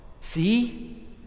See